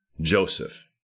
Joseph